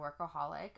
workaholic